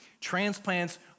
Transplants